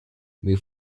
move